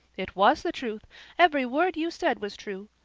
it was the truth every word you said was true.